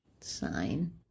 sign